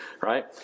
right